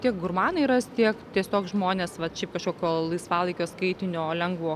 tiek gurmanai ras tiek tiesiog žmonės vat šiaip kažkokio laisvalaikio skaitinio lengvo